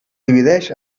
divideix